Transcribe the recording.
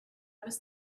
was